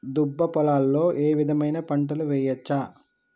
దుబ్బ పొలాల్లో ఏ విధమైన పంటలు వేయచ్చా?